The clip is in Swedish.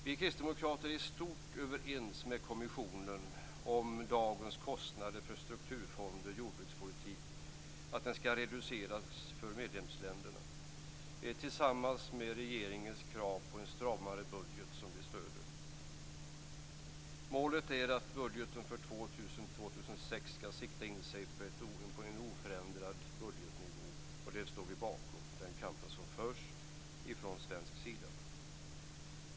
Vi kristdemokrater är i stort överens med kommissionen om att dagens kostnader för strukturfonder och jordbrukspolitik kan reduceras för medlemsländerna. Regeringens krav på en stramare budget stöder vi också. Målet är att budgeten 2000-2006 skall sikta in sig på en oförändrad budgetnivå, och den kamp som förs från svensk sida står vi bakom.